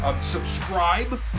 Subscribe